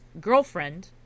girlfriend